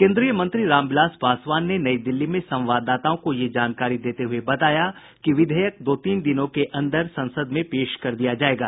केन्द्रीय मंत्री रामविलास पासवान ने नई दिल्ली में संवाददाताओं को ये जानकारी देते हुए बताया कि विधेयक दो तीन दिनों के अंदर संसद में पेश कर दिया जायेगा